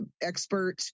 expert